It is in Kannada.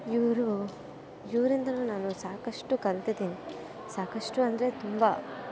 ಇವರು ಇವರಿಂದಲೂ ನಾನು ಸಾಕಷ್ಟು ಕಲ್ತಿದ್ದೀನಿ ಸಾಕಷ್ಟು ಅಂದರೆ ತುಂಬ